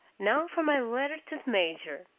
now for my letter to the major!